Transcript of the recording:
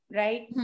right